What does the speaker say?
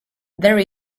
there